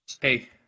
Hey